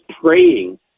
praying